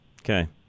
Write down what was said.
Okay